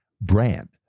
brand